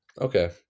Okay